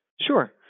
Sure